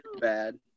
bad